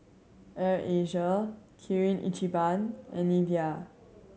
Air Asia Kirin Ichiban and Nivea